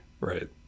right